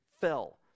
fell